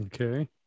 Okay